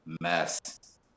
mess